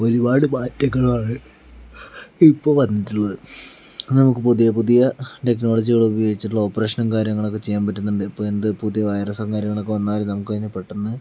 ഒരുപാട് മാറ്റങ്ങളാണ് ഇപ്പൊൾ വന്നിട്ടുള്ളത് നമുക്ക് പുതിയ പുതിയ ടെക്നോളജികളുപയോഗിച്ചിട്ടുള്ള ഓപ്പറേഷനും കാര്യങ്ങളൊക്കെ ചെയ്യാൻ പറ്റുന്നുണ്ട് ഇപ്പൊൾ എന്ത് പുതിയ വൈറസും കാര്യങ്ങളൊക്കെ വന്നാലും നമുക്കതിനെ പെട്ടെന്ന്